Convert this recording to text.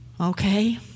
Okay